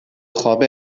خوابه